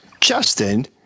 Justin